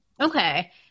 Okay